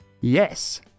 Yes